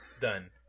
Done